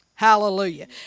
Hallelujah